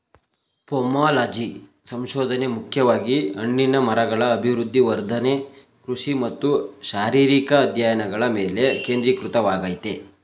pomology ಸಂಶೋಧನೆ ಮುಖ್ಯವಾಗಿ ಹಣ್ಣಿನ ಮರಗಳ ಅಭಿವೃದ್ಧಿ ವರ್ಧನೆ ಕೃಷಿ ಮತ್ತು ಶಾರೀರಿಕ ಅಧ್ಯಯನಗಳ ಮೇಲೆ ಕೇಂದ್ರೀಕೃತವಾಗಯ್ತೆ